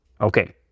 Okay